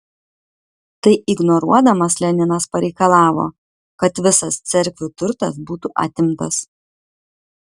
tai ignoruodamas leninas pareikalavo kad visas cerkvių turtas būtų atimtas